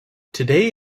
today